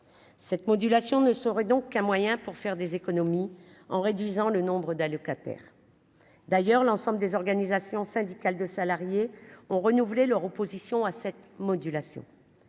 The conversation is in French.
cette modulation ne serait donc qu'un moyen pour faire des économies en réduisant le nombre d'allocataires d'ailleurs l'ensemble des organisations syndicales de salariés ont renouvelé leur opposition à cette modulation